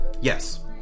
Yes